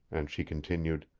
and she continued